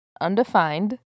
undefined